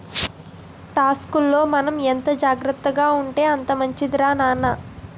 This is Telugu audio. టాక్సుల్లో మనం ఎంత జాగ్రత్తగా ఉంటే అంత మంచిదిరా నాన్న